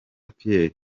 pierre